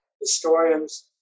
historians